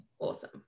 awesome